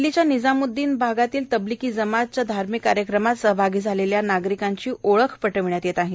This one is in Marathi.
दिल्ली येथील निजाम्ददीन भागात तबलिगी जमातच्या धार्मिक कार्यक्रमात सहभागी झालेल्या नागरिकांची ओळख पटविण्यात येत आहे